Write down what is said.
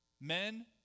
Men